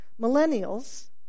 Millennials